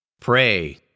Pray